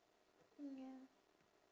ya